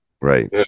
right